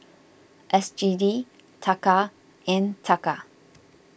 S G D Taka and Taka